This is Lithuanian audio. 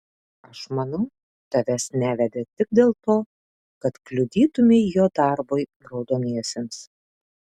aš manau tavęs nevedė tik dėl to kad kliudytumei jo darbui raudoniesiems